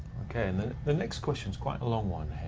okay, and the next question's quite a long one